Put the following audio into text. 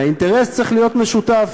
והאינטרס צריך להיות משותף,